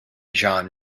john